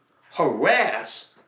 harass